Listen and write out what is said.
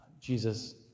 Jesus